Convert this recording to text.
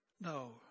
No